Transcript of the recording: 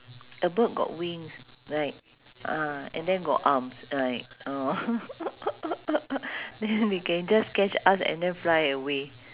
a bird got wings right ah and then got arms like uh then it can just catch us and then fly away